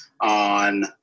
on